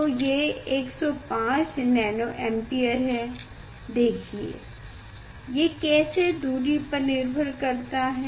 तो ये 105 नैनोअंपियर है देखिए ये कैसे दूरी पर निर्भर करता है